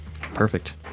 Perfect